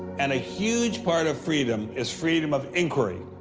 and a huge part of freedom is freedom of inquiry.